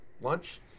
lunch